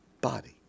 body